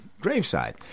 graveside